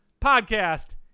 podcast